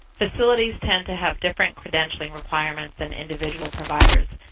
facilities tend to have different credentialing requirements than individual providers.